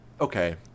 Okay